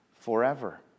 forever